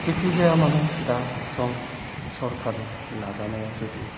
जिखिजायामानो दा सम सरकारनि नाजानायाव जुदि